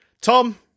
Tom